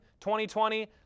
2020